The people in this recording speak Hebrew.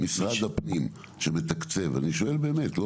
משרד הפנים שמתקצב, אני שואל באמת.